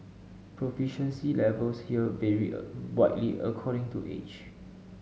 proficiency levels here varied widely according to age